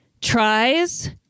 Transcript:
tries